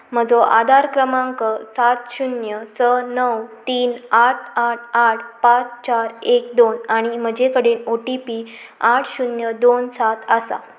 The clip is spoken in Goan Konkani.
म्हजो आदार क्रमांक सात शुन्य स णव तीन आठ आठ आठ पांच चार एक दोन आनी म्हजेकडेन ओ टी पी आठ शुन्य दोन सात आसा